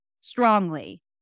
strongly